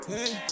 Hey